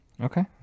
Okay